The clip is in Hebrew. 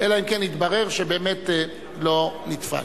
לא נתפס.